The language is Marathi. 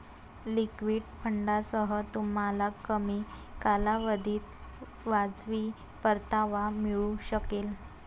लिक्विड फंडांसह, तुम्हाला कमी कालावधीत वाजवी परतावा मिळू शकेल